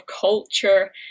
culture